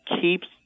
keeps